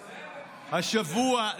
השבוע,